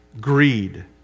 Greed